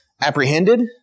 apprehended